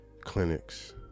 clinics